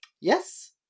Yes